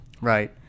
Right